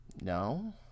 No